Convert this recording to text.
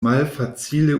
malfacile